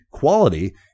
Quality